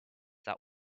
that